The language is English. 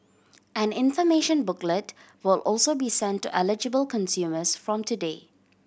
an information booklet will also be sent to eligible consumers from today